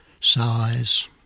size